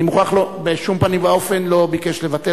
בשום פנים ואופן לא ביקש לבטל,